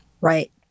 Right